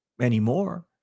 anymore